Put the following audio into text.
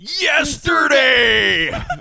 yesterday